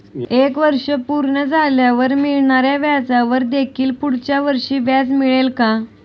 एक वर्ष पूर्ण झाल्यावर मिळणाऱ्या व्याजावर देखील पुढच्या वर्षी व्याज मिळेल का?